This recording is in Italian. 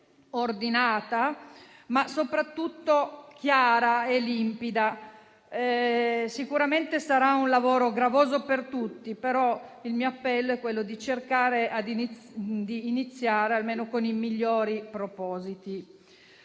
ordinata, ma soprattutto chiara e limpida. Sicuramente sarà un lavoro gravoso per tutti. Il mio appello è cercare almeno di iniziare con i migliori propositi.